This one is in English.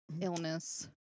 illness